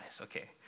okay